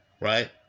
right